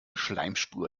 schleimspur